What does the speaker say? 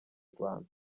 rwanda